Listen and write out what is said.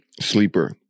Sleeper